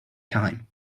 time